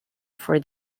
for